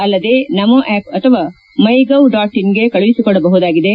ಅಲ್ಲದೇ ನಮೋ ಆಪ್ ಅಥವಾ ಮೈಗೌಡಾಟ್ಇನ್ ಗೆ ಕಳುಹಿಸಿಕೊಡಬಹುದಾಗಿದೆ